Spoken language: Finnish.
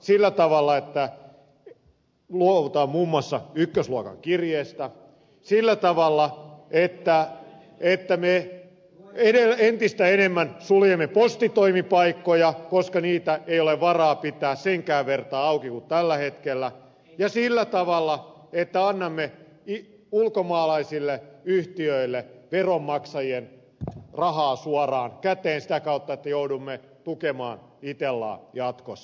sillä tavalla että luovutaan muun muassa ykkösluokan kirjeestä sillä tavalla että me entistä enemmän suljemme postitoimipaikkoja koska niitä ei ole varaa pitää senkään vertaa auki kuin tällä hetkellä ja sillä tavalla että annamme ulkomaalaisille yhtiöille veronmaksajien rahaa suoraan käteen sitä kautta että joudumme tukemaan itellaa jatkossa